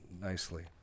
nicely